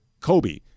Kobe